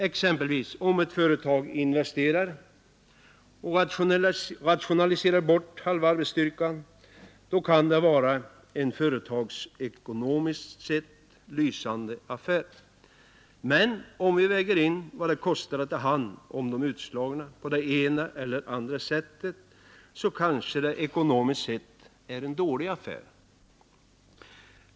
Exempelvis, om ett företag investerar och rationaliserar bort halva arbetsstyrkan, då kan det vara en företagsekonomiskt sett lysande affär. Men om vi väger in vad det kostar att ta hand om de utslagna på det ena eller andra sättet, så kanske det ekonomiskt sett är en dålig affär.